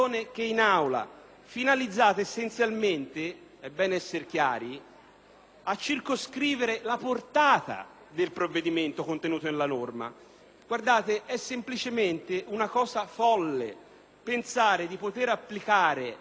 finalizzate essenzialmente – e bene essere chiari – a circoscrivere la portata del provvedimento contenuto nella norma. Guardate, esemplicemente folle pensare di poter applicare la norma,